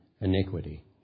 iniquity